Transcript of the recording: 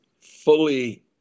fully